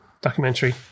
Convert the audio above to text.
documentary